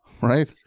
Right